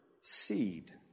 seed